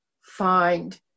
find